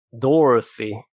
Dorothy